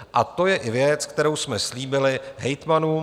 A to je i věc, kterou jsme slíbili hejtmanům.